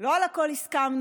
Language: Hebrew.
לא על הכול הסכמנו,